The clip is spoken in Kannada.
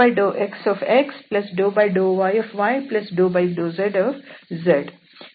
ಇಲ್ಲಿ Fನ ಡೈವರ್ಜೆನ್ಸ್ ∂xx∂yy∂z